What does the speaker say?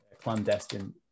clandestine